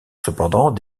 cependant